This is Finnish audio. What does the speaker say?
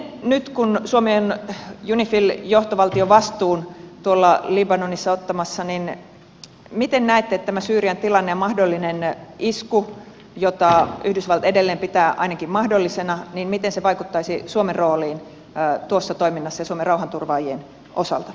nyt kun suomi on unifil johtovaltiovastuun tuolla libanonissa ottamassa niin miten näette että tämä syyrian tilanne ja mahdollinen isku jota yhdysvallat edelleen pitää ainakin mahdollisena vaikuttaisi suomen rooliin tuossa toiminnassa ja suomen rauhanturvaajien osalta